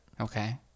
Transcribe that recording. Okay